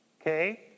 Okay